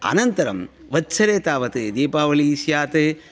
आनन्तरं संवत्सरे तावत् दीपावलिः स्यात्